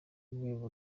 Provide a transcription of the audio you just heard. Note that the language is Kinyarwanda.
rwego